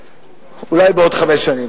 אולי בעוד חמש שנים.